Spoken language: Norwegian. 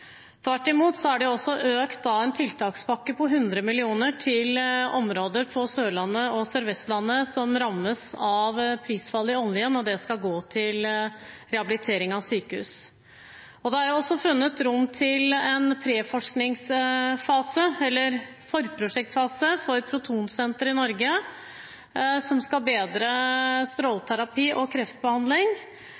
Tvert imot er det økt – en tiltakspakke på 100 mill. kr til områder på Sørlandet og Sør-Vestlandet som rammes av prisfallet i oljen, og det skal gå til rehabilitering av sykehus. Det er også funnet rom til en preforskningsfase – eller forprosjektfase – for protonsenteret i Norge, som skal bedre